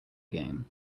game